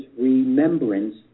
remembrance